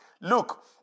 Look